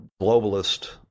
globalist